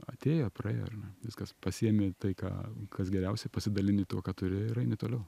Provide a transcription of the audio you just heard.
atėjo praėjo ar ne viskas pasiemi tai ką kas geriausia pasidalini tuo ką turi ir eini toliau